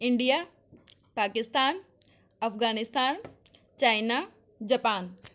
India Pakistan Afghanistan China Japan